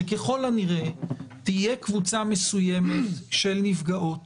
שככל הנראה תהיה קבוצה מסוימת של נפגעות